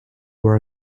were